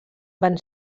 van